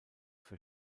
für